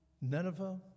Nineveh